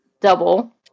double